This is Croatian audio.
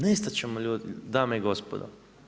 Nestat ćemo ljudi, dame i gospodo.